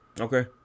okay